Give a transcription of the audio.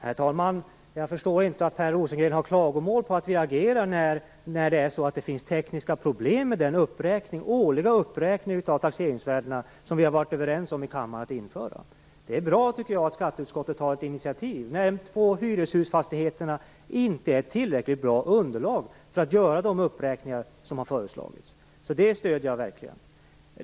Herr talman! Jag förstår inte varför Per Rosengren har klagomål på att regeringen agerar när det finns tekniska problem med den årliga uppräkning av taxeringsvärdena som kammaren har varit överens om att införa. Jag tycker att det är bra att skatteutskottet tar ett initiativ när det inte finns tillräckligt bra underlag för hyreshusfastigheterna för att göra de uppräkningar som föreslagits. Det stöder jag verkligen.